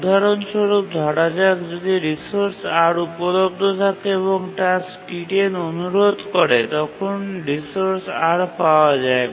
উদাহরণস্বরূপ ধরা যাক যদি রিসোর্স R উপলব্ধ থাকে এবং টাস্ক T10 অনুরোধ করে তখন রিসোর্স R পাওয়া যায়